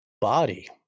body